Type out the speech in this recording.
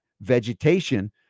vegetation